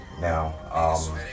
now